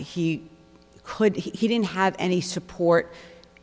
he could he didn't have any support